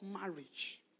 marriage